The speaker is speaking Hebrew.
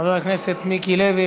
חבר הכנסת מיקי לוי,